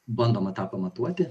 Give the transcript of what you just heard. bandoma tą pamatuoti